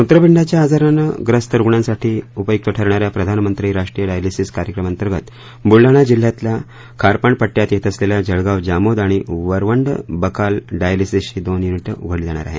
मृत्रपिंडाच्या आजारानं ग्रस्त रुग्णांसाठी उपयुक्त ठरणा या प्रधानमंत्री राष्ट्रीय डायलेसीस कार्यक्रमांतर्गत बुलडाणा जिल्ह्यातल्या खारपाणपट्ट्यात येत असलेल्या जळगाव जामोद आणि वरवंड बकाल डायलेसीसची दोन युनीट उघडली जाणार आहेत